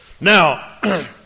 Now